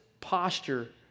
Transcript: posture